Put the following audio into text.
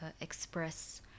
express